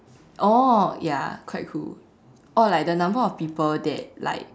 oh ya quite cool or like the number of people that like